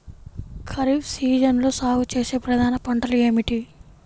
ఖరీఫ్ సీజన్లో సాగుచేసే ప్రధాన పంటలు ఏమిటీ?